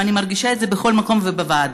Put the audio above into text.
ואני מרגישה את זה בכל מקום ובוועדות.